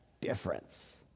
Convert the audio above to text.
difference